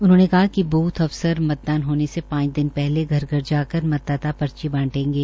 उन्होंने कहा कि बूथ अफसर मतदान होने से पांच दिन पहले घर घर जा कर मतदाता पर्ची बांटेंगे